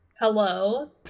Hello